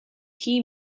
key